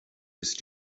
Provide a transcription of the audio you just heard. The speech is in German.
ist